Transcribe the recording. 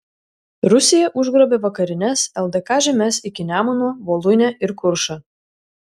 rusija užgrobė vakarines ldk žemes iki nemuno voluinę ir kuršą